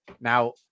now